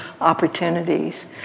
opportunities